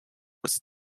was